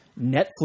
Netflix